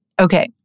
Okay